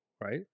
right